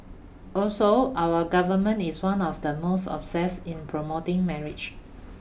also our Government is one of the most obsessed in promoting marriage